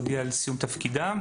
הודיעה על סיום תפקידה.